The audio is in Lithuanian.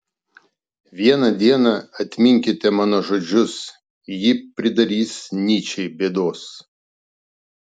vieną dieną atminkite mano žodžius ji pridarys nyčei bėdos